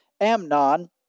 Amnon